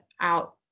out